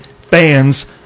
fans